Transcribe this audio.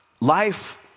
life